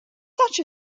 such